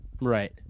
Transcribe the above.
Right